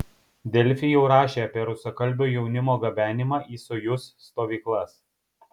delfi jau rašė apie rusakalbio jaunimo gabenimą į sojuz stovyklas